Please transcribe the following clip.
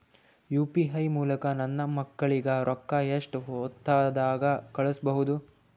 UPI ಮೂಲಕ ನನ್ನ ಮಕ್ಕಳಿಗ ರೊಕ್ಕ ಎಷ್ಟ ಹೊತ್ತದಾಗ ಕಳಸಬಹುದು?